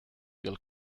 bill